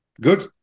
good